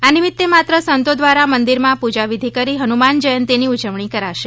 આ નિમિત્તે માત્ર સંતો દ્વારા મંદિરમાં પૂજા વિધિ કરી હનુમાન જ્યંતી ની ઉજવણી કરાશે